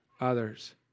others